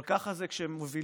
אבל ככה זה כשמובילים.